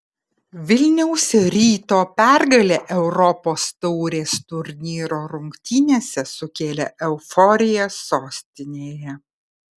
vilniaus ryto pergalė europos taurės turnyro rungtynėse sukėlė euforiją sostinėje